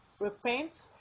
Repent